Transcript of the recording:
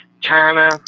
China